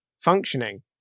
functioning